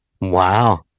Wow